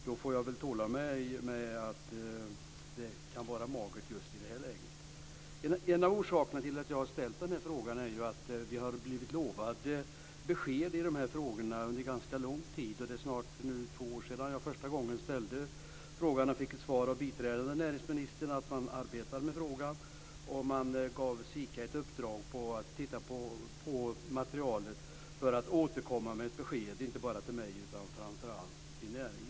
Då får jag väl tåla mig med att det kan vara magert just i det här läget. En av anledningarna till att jag har ställt den här frågan är att vi har blivit lovade besked i detta ärende under ganska lång tid. Det är snart två år sedan jag första gången ställde frågan och fick svar av biträdande näringsministern att man arbetar med den. Man gav SIKA ett uppdrag att titta på materialet för att återkomma med besked inte bara till mig utan framför allt till näringen.